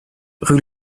rue